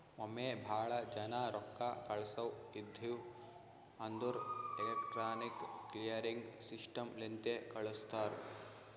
ಒಮ್ಮೆ ಭಾಳ ಜನಾ ರೊಕ್ಕಾ ಕಳ್ಸವ್ ಇದ್ಧಿವ್ ಅಂದುರ್ ಎಲೆಕ್ಟ್ರಾನಿಕ್ ಕ್ಲಿಯರಿಂಗ್ ಸಿಸ್ಟಮ್ ಲಿಂತೆ ಕಳುಸ್ತಾರ್